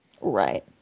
Right